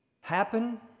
happen